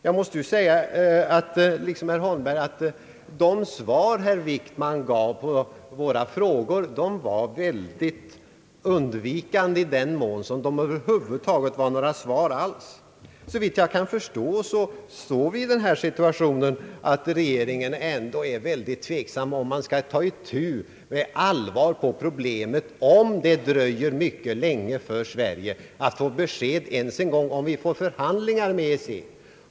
Jag måste liksom herr Holmberg säga att de svar som herr Wickman gav på våra frågor var väldigt undvikande i den mån de över huvud taget var några svar alls. Såvitt jag kan förstå befinner vi oss i den situationen att regeringen ändå är mycket tveksam om huruvida den med allvar skall ta itu med problemet, om det dröjer mycket länge för Sverige att ens en gång få besked om vi får förhandlingar med EEC.